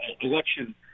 election